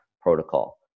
protocol